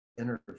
interview